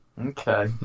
Okay